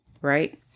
right